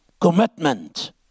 commitment